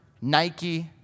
Nike